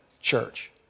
church